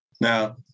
Now